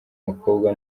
bakobwa